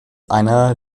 einer